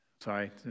Sorry